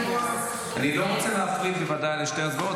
------ אני לא רוצה להפריד בין שתי ההצבעות,